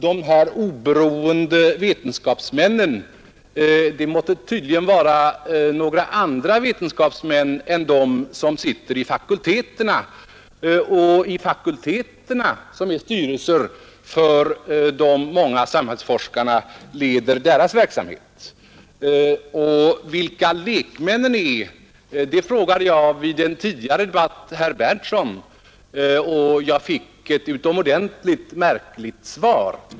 De här ”oberoende vetenskapsmännen” måtte tydligen vara några andra vetenskapsmän än de som sitter i fakulteterna, vilka är styrelser för de många samhällsforskarna, och leder dessa forskares verksamhet. Vilka ”lekmännen” är frågade jag vid en tidigare debatt herr Berndtson i Linköping, och jag fick ett utomordentligt märkligt svar.